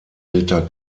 liter